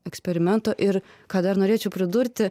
eksperimento ir ką dar norėčiau pridurti